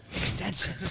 extension